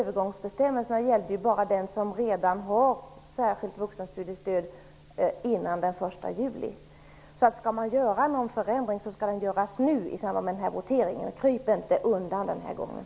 Övergångsbestämmelserna gällde bara den som redan har fått särskilt vuxenstudiestöd före den 1 juli. Skall man göra någon förändring skall det göras nu, i samband med voteringen. Kryp inte undan den här gången!